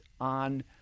on